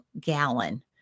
gallon